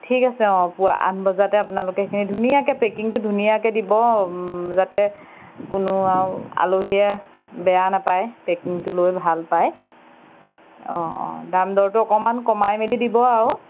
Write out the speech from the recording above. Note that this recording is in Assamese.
ঠিক আছে অঁ পুৱা আঠ বজাতে আপোনালোকে সেইখিনি ধুনীয়াকৈ পেকিঙটো ধুনীয়াকৈ দিব যাতে কোনো আৰু আলহীয়ে বেয়া নাপায় পেকিঙটো লৈ ভাল পায় অঁ অঁ দাম দৰটো অকণমান কমাই মেলি দিব আৰু